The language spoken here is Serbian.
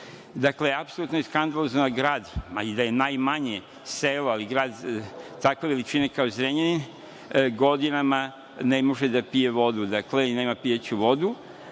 Dakle, apsolutno je skandalozno da grad, ma i da je najmanje selo, ali grad takve veličine kao Zrenjanin godinama ne može da pije vodu, da nema pijaću vodu,